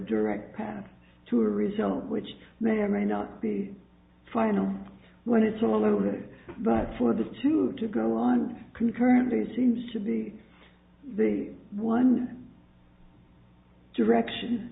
direct path to a result which may or may not be final when it's all over there but for this to to go on concurrently seems to be the one direction